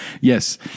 Yes